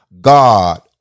God